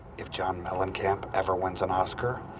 if john mellencamp ever wins an oscar,